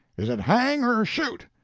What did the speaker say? is it hang, or shoot?